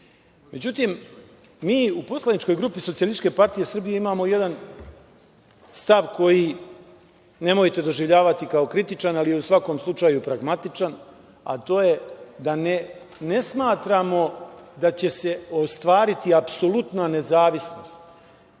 mi u poslaničkoj grupi SPS imamo jedan stav koji nemojte doživljavati kao kritičan, ali je u svakom slučaju pragmatičan, a to je da ne smatramo da će se ostvariti apsolutna nezavisnost